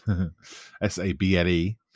S-A-B-L-E